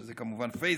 שזה כמובן פייסבוק,